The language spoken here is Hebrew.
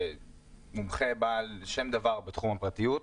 מומחה בעל שם דבר בתחום הפרטיות,